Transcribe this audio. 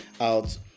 out